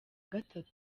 gatatu